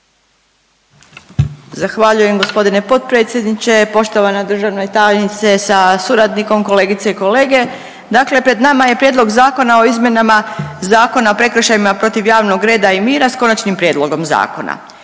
Zahvaljujem g. potpredsjedniče, poštovana državna tajnice sa suradnikom, kolegice i kolege. Dakle pred nama je Prijedlog zakona o izmjenama Zakona o prekršajima protiv javnog reda i mira, s konačnim prijedlogom zakona.